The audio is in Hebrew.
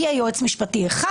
יהיה יועץ משפטי אחד,